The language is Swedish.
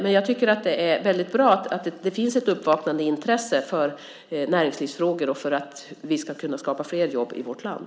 Men jag tycker att det är väldigt bra att det finns ett uppvaknande intresse för näringslivsfrågor och för att vi ska kunna skapa flera jobb i vårt land.